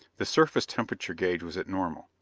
the surface-temperature gauge was at normal.